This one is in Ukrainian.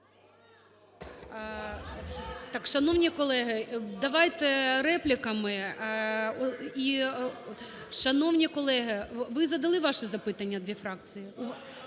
Шановні колеги, давайте репліками. Шановні колеги, ви задали ваше запитання, дві фракції?